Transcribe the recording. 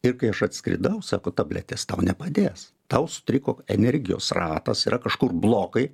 ir kai aš atskridau sako tabletės tau nepadės tau sutriko energijos ratas yra kažkur blokai